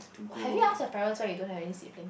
have you ask your parent so you don't have your siblings